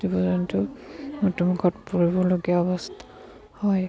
জীৱ জন্তুৰ মৃত্যুমুখত পৰিবলগীয়া অৱস্থা হয়